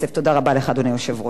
תודה רבה לחברת הכנסת אורלי לוי אבקסיס.